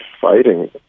fighting